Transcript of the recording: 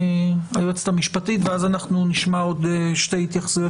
היועצת המשפטית ואז אנחנו נשמע עוד שתי התייחסויות